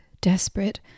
desperate